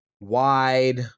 wide